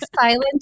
silent